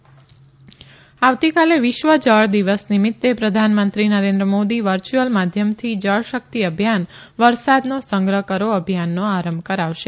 પ્રધાનમંત્રી જળશક્તિ અભિયાન આવતીકાલે વિશ્વ જળ દિવસ નિમિત્તે પ્રધાનમંત્રી નરેન્દ્ર મોદી વર્યુઅલ માધ્યમથી જળ શક્તિ અભિયાન વરસાદનો સંગ્રહ કરો અભિયાનનો આરંભ કરાવશે